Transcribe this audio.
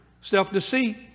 self-deceit